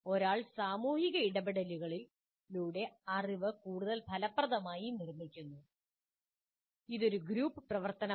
ഒരാൾ സാമൂഹിക ഇടപെടലുകളിലൂടെ അറിവ് കൂടുതൽ ഫലപ്രദമായി നിർമ്മിക്കുന്നു അതൊരു ഗ്രൂപ്പ് പ്രവർത്തനമാണ്